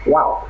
Wow